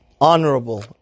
honorable